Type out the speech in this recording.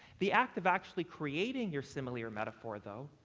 the act of actually creating your simile or metaphor, though,